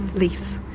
leaves.